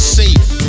safe